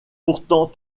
pourtant